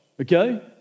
okay